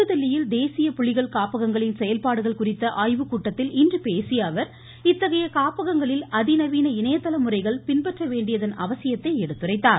புதுதில்லியில் தேசிய புலிகள் காப்பகங்களின் செயல்பாடுகள் குறித்த ஆய்வுக்கூட்டத்தில் இன்று பேசிய அவர் இத்தகைய காப்பகங்களில் அதிநவீன இணையதள முறைகள் பின்பற்ற வேண்டியதன் அவசியத்தை எடுத்துரைத்தார்